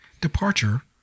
departure